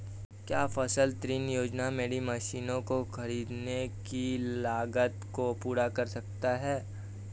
क्या फसल ऋण योजना मेरी मशीनों को ख़रीदने की लागत को पूरा करेगी?